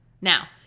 Now